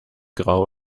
grau